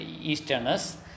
easterners